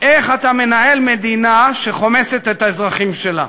איך אתה מנהל מדינה שחומסת את האזרחים שלה,